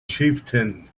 chieftain